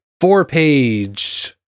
four-page